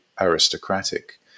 aristocratic